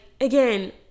again